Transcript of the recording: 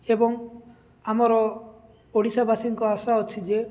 ଏବଂ ଆମର ଓଡ଼ିଶାବାସୀଙ୍କ ଆଶା ଅଛି ଯେ